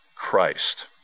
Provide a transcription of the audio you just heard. Christ